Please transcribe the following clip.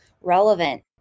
relevant